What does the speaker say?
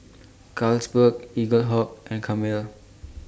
Carlsberg Eaglehawk and Camel